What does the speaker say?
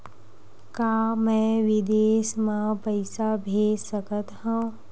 का मैं विदेश म पईसा भेज सकत हव?